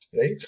right